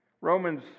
Romans